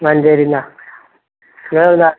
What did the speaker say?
മഞ്ചേരിയിൽ നിന്നാണ് നിങ്ങൾ എവിടെ നിന്നാണ്